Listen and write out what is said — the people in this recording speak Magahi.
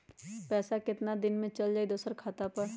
पैसा कितना दिन में चल जाई दुसर खाता पर?